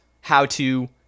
how-to